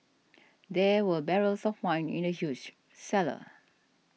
there were barrels of wine in the huge cellar